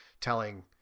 telling